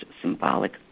symbolic